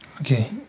Okay